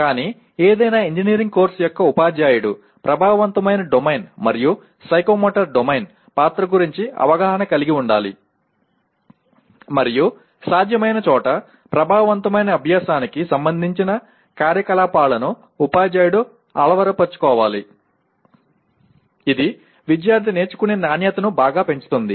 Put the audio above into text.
కానీ ఏదైనా engineering course యొక్క ఉపాధ్యాయుడు ప్రభావవంతమైన డొమైన్ మరియు సైకోమోటర్ డొమైన్ పాత్ర గురించి అవగాహన కలిగి ఉండాలి మరియు సాధ్యమైన చోట ప్రభావవంతమైన అభ్యాసానికి సంబంధించిన కార్యకలాపాలను ఉపాధ్యాయుడు అలవరచుకోవాలి ఇది విద్యార్థి నేర్చుకునే నాణ్యతను బాగా పెంచుతుంది